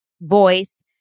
voice